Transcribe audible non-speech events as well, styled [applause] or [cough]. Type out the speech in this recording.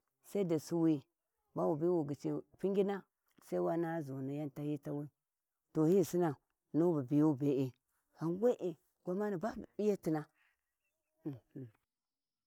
Saida suwayi bawa biwa wa gyici pingina Sai wa naha zuni yau tahiyi tawi to hi Sinau nu bu biyau bee ghau we’e ghamani babu p’iyatin. [hesitation]